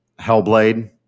Hellblade